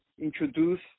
introduce